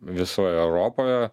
visoj europoje